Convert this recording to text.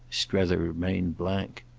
strether remained blank.